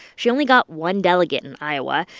she only got one delegate in iowa.